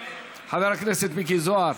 חבר הכנסת מיקי זוהר,